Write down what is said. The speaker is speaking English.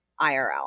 IRL